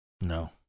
No